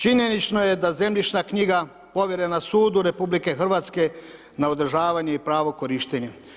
Činjenično je da zemljišna knjiga povjerena sudu RH na održavanje i pravo korištenja.